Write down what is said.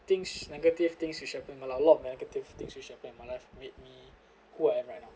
things negative things which happen I have a lot of negative things which had happened in my life made me who I am right now